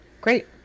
great